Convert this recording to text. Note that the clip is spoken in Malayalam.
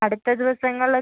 അടുത്ത ദിവസങ്ങള്